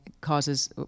causes